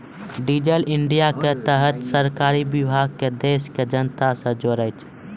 digital India के तहत सरकारी विभाग के देश के जनता से जोड़ै छै